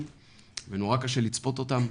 שנורא קשה לצפות אותם,